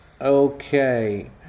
okay